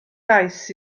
gais